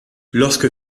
lorsque